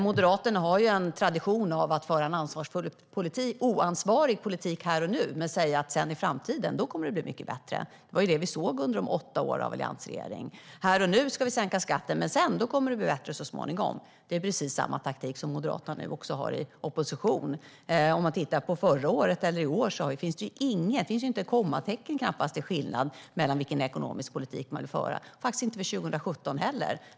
Moderaterna har en tradition av att föra en oansvarig politik här och nu och att sedan säga: I framtiden kommer det att bli mycket bättre. Det var det vi såg under de åtta åren med alliansregering. Här och nu ska man sänka skatten, men det kommer att bli bättre så småningom. Det är precis samma taktik som Moderaterna nu har i opposition. Man kan titta på förra året och på hur det är i år. Det finns knappt ett kommatecken i skillnad när det gäller vilken ekonomisk politik man vill föra. Det finns det faktiskt inte för 2017 heller.